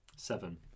Seven